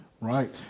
right